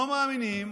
לא מאמינים